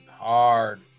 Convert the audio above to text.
hard